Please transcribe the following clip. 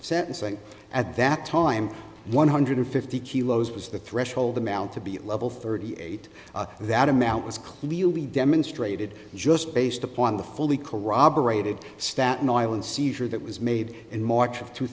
sentencing at that time one hundred fifty kilos was the threshold amount to be at level thirty eight that amount was clearly demonstrated just based upon the fully corroborated staten island seizure that was made in march of two